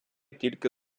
тільки